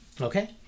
Okay